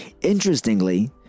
Interestingly